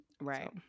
Right